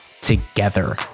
together